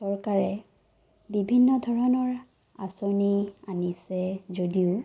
চৰকাৰে বিভিন্ন ধৰণৰ আঁচনি আনিছে যদিও